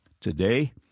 Today